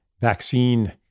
vaccine